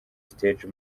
stage